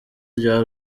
rya